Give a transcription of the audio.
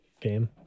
game